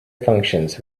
functions